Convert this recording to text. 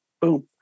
boom